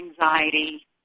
anxiety